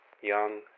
young